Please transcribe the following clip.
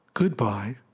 Goodbye